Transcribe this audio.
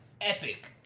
epic